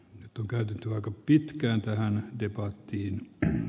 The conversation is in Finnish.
nyt on käytetty aika pitkään saanut nopealle itäradalle